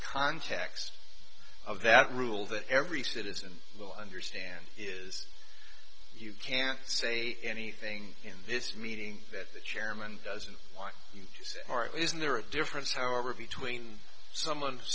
context of that rule that every citizen will understand is you can't say anything in this meeting that the chairman doesn't want you to say art isn't there a difference however between someone